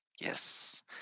Yes